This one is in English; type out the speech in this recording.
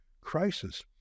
crisis